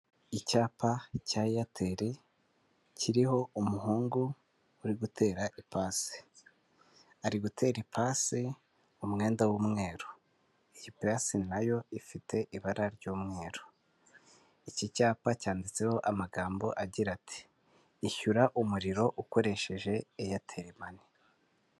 Icyapa cya eyateri kiriho umuhungu uri gutera ipasi, ari gutera ipasi umwenda w'umweru. Iyi pasi nayo ifite ibara ry'umweru. Iki cyapa cyanditseho amagambo agira ati ishyura umuriro ukoresheje eyateri mani.